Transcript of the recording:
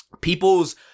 people's